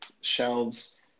shelves